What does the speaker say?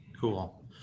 Cool